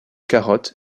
carottes